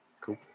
Cool